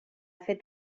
fet